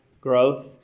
growth